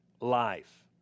life